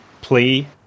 plea